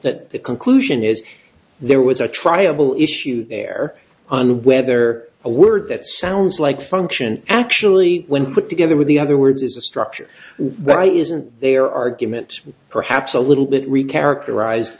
that the conclusion is there was a trial issue there on whether a word that sounds like function actually when put together with the other words is a structure why isn't there argument perhaps a little bit re characterize